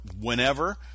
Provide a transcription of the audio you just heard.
whenever